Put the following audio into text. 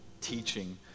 teaching